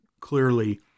clearly